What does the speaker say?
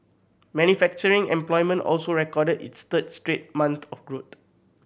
manufacturing employment also recorded its third straight month of growth